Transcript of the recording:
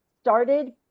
started